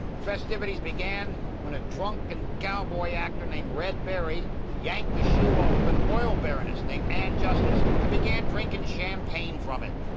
the festivities began when a drunken cowboy actor named red barry yanked the shoe off of an oil baroness named anne justice and began drinking champagne from it.